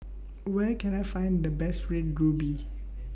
Where Can I Find The Best Red Ruby